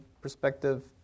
perspective